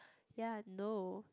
ya no